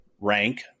rank